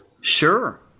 Sure